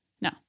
No